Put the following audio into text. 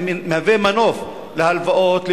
זה מהווה מנוף להלוואות,